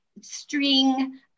string